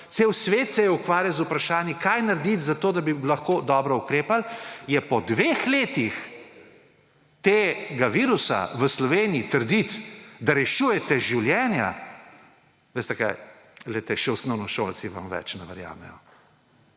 Cel svet se je ukvarjal z vprašanji kaj narediti za to, da bi lahko dobro ukrepali je po dveh letih tega virusa v Sloveniji trditi, da rešujete življenja veste kaj še osnovnošolci vam več ne verjamejo,